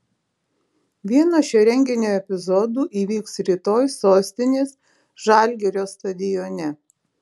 vienas šio renginio epizodų įvyks rytoj sostinės žalgirio stadione